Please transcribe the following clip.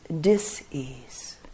dis-ease